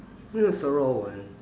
mm it's the raw one